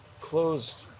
closed